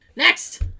Next